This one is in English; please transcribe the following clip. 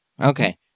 Okay